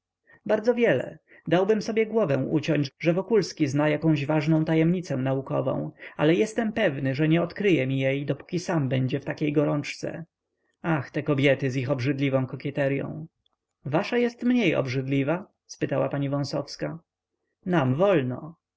bardzo wiele dałbym sobie głowę uciąć że wokulski zna jakąś ważną tajemnicę naukową ale jestem pewny że nie odkryje mi jej dopóki sam będzie w takiej gorączce ach te kobiety z ich obrzydliwą kokieteryą wasza jest mniej obrzydliwa spytała pani wąsowska nam wolno